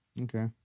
Okay